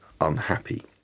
unhappy